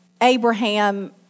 Abraham